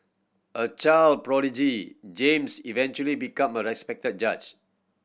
a child prodigy James eventually became a respected judge